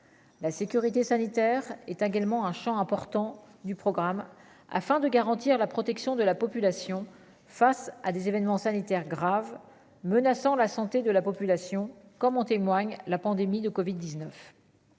la sécurité sanitaire est également un Champ important du programme, afin de garantir la protection de la population face à des événements sanitaires graves menaçant la santé de la population, comme en témoigne la pandémie de Covid 19